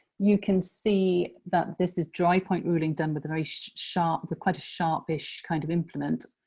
you can see that this is dry-point ruling done with a very sharp, with quite a sharpish, kind of implement.